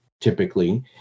typically